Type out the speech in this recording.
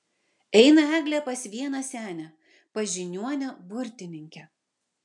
eina eglė pas vieną senę pas žiniuonę burtininkę